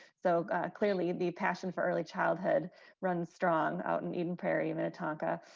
so clearly the passion for early childhood runs strong outing in prairie manitoba.